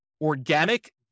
organic